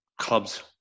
clubs